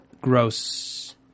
gross